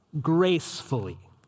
gracefully